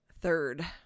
third